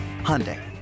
Hyundai